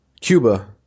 Cuba